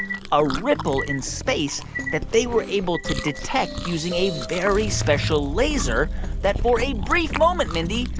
a ripple in space that they were able to detect using a very special laser that, for a brief moment, mindy,